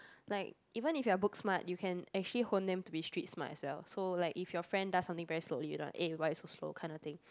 like even if you are book smart you can actually hone them to be street smart as well so like if your friend does something very slowly you don't want eh why you so slow this kind of thing